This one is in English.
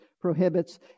prohibits